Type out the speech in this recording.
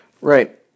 Right